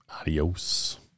adios